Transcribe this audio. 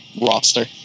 roster